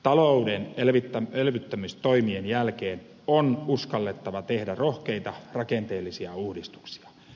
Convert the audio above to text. talouden elvyttämistoimien jälkeen on uskallettava tehdä rohkeita rakenteellisia uudistuksia